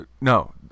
no